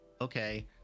okay